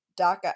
DACA